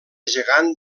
gegant